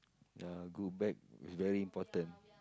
ya good back is very important